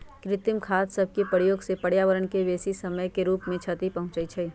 कृत्रिम खाद सभके प्रयोग से पर्यावरण के बेशी समय के रूप से क्षति पहुंचइ छइ